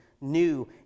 new